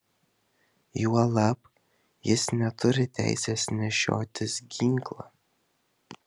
juolab jis neturi teisės nešiotis ginklą